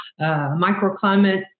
microclimate